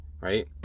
right